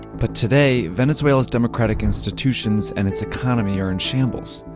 but today, venezuela's democratic institutions and its economy are in shambles.